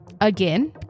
again